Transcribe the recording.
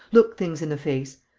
look things in the face.